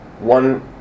one